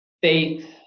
faith